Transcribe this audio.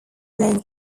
long